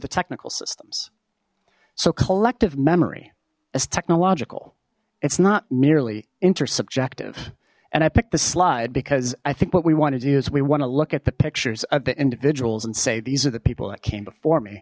the technical systems so collective memory is technological it's not merely inter subjective and i picked this slide because i think what we want to do is we want to look at the pictures of the individuals and say these are the people that came before me